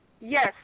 Yes